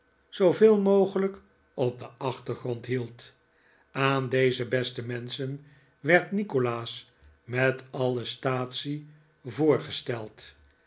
zooveel mogelijk op den achtergrond hield aan deze beste menschen werd nikolaas met alle staatsie voorgesteld